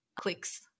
clicks